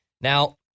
Now